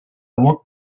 walked